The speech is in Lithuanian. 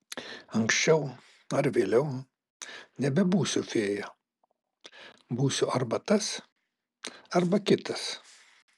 anksčiau ar vėliau nebebūsiu fėja būsiu arba tas arba kitas